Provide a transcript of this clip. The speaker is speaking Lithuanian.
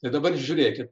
ir dabar žiūrėkit